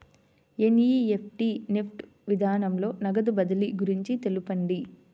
NEFT NEFT విధానంలో నగదు బదిలీ గురించి తెలుపండి?